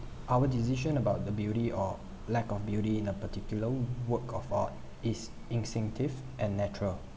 our decision about the beauty or lack of beauty in a particular work of art is instinctive and natural